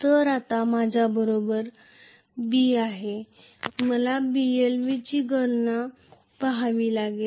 तर आता माझ्याबरोबर B आहे मला Blv ची गणना पहावी लागेल